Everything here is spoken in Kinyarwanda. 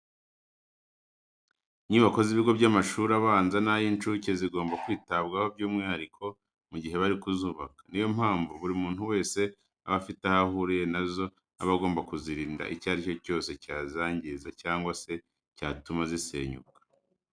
Inyubako z'ibigo by'amashuri abanza n'ay'incuke zigomba kwitabwaho by'umwihariko mu gihe bari kuzubaka. Niyo mpamvu buri muntu wese uba afite aho ahuriye na zo aba agomba kuzirinda icyo ari cyo cyose cyazangiza cyangwa se cyatuma zisenyuka.